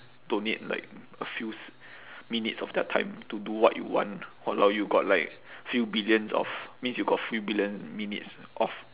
donate like a few s~ minutes of their time to do what you want !walao! you got like few billions of means you got few billion minutes of